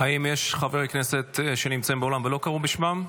האם יש חברי כנסת שנמצאים באולם ולא קראו בשמם?